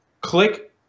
click